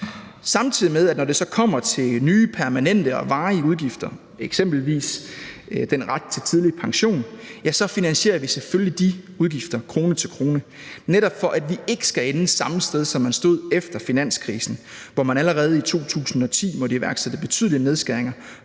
samtidig med at vi, når det så kommer til nye, permanente og varige udgifter, eksempelvis retten til tidlig pension, så selvfølgelig finansierer de udgifter krone til krone, netop for at vi ikke skal ende samme sted, hvor man stod efter finanskrisen, hvor man allerede i 2010 måtte iværksætte betydelige nedskæringer